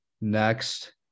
next